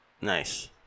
Nice